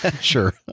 Sure